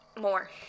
more